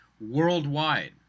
worldwide